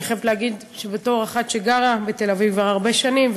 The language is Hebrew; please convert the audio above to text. אני חייבת להגיד שבתור אחת שגרה בתל-אביב כבר הרבה שנים,